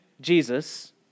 Jesus